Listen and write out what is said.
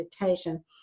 meditation